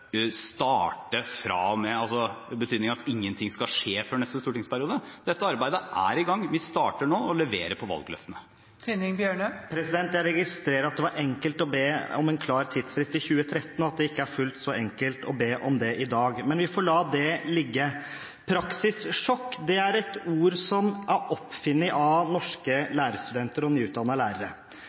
at ingenting skal skje før neste stortingsperiode. Dette arbeidet er i gang, vi starter nå og leverer på valgløftene. Jeg registrerer at det var enkelt å be om en klar tidsfrist i 2013, men at det ikke er fullt så enkelt å be om det i dag. Men vi får la det ligge. «Praksissjokk» er et ord som er funnet opp av norske lærerstudenter og nyutdannede lærere.